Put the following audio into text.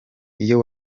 iyo